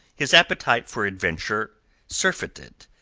his appetite for adventure surfeited,